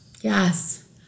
Yes